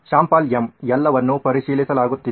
Shyam Pal M ಎಲ್ಲವನ್ನೂ ಪರಿಶೀಲಿಸಲಾಗುತ್ತಿದೆ